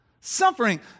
suffering